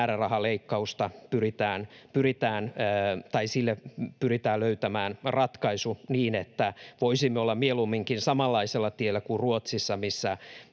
määrärahaleikkaukselle pyritään löytämään ratkaisu niin, että voisimme olla mieluumminkin samanlaisella tiellä kuin Ruotsissa,